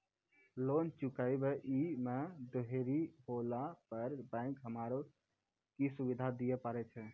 Loan चुकब इ मे देरी होला पर बैंक हमरा की सुविधा दिये पारे छै?